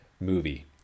movie